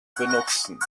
benutzen